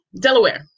Delaware